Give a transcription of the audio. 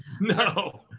No